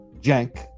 Jenk